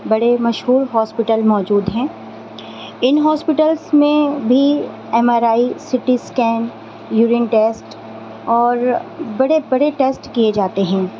بڑے مشہور ہاسپٹل موجود ہیں ان ہاسپٹلز میں بھی M R I C T scan urine test اور بڑے بڑے ٹیسٹ کیے جاتے ہیں